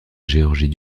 géorgie